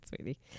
sweetie